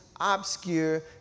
obscure